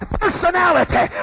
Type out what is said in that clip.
personality